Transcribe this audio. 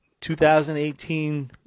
2018